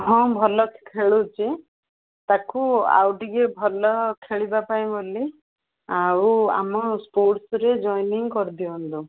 ହଁ ଭଲ ଖେଳୁଛି ତାକୁ ଆଉ ଟିକେ ଭଲ ଖେଳିବା ପାଇଁ ବୋଲି ଆଉ ଆମ ସ୍ପୋର୍ଟସ୍ରେ ଜଏନିଂ କରି ଦିଅନ୍ତୁ